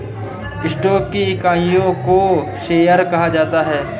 stock की इकाइयों को शेयर कहा जाता है